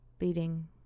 leading